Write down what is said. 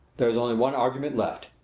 there is only one argument left.